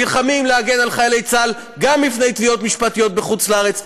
נלחמים להגן על חיילי צה"ל גם בפני תביעות משפטיות בחוץ-לארץ.